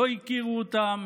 לא הכירו אותם